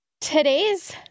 today's